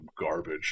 garbage